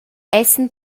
essan